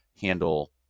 handle